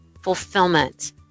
fulfillment